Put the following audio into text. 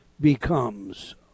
becomes